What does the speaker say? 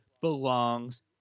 belongs